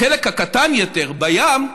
החלק הקטן יותר, בים,